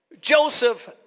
Joseph